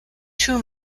two